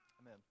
amen